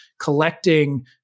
collecting